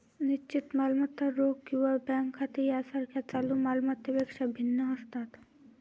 निश्चित मालमत्ता रोख किंवा बँक खाती यासारख्या चालू माल मत्तांपेक्षा भिन्न असतात